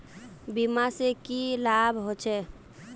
बीमा से की लाभ होचे?